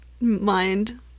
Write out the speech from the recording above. mind